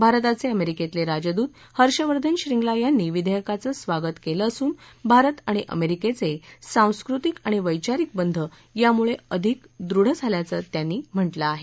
भारताचे अमेरिकतले राजदूत हर्षवर्धन श्रिंगला यांनी विधेयकाचं स्वागत केलं असून भारत आणि अमेरिकेचे सांस्कृतिक आणि वैचारिक बंध यामुळे अधिक दृढ झाल्याचं त्यांनी म्हामें आहे